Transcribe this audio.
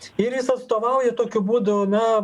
ir jis atstovauju tokiu būdu na